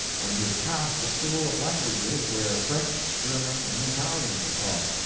when he had passed a school of languages where french, german, and italian were taught,